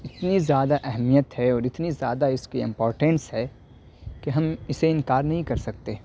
اتنی زیادہ اہمیت ہے اور اتنی زیادہ اس کی امپورٹنس ہے کہ ہم اس سے انکار نہیں کر سکتے